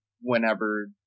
whenever